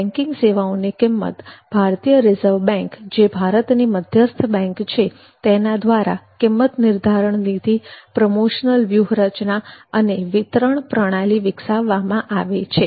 banking સેવાઓની કિંમત ભારતીય રિઝર્વ બેંક જે ભારતની મધ્યસ્થ બેંક છે તેના દ્વારા કિંમત નિર્ધારણ નીતિ પ્રમોશનલ વ્યૂહરચના અને વિતરણ પ્રણાલી વિકસાવવામાં આવે છે